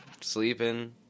sleeping